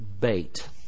bait